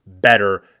better